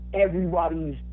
Everybody's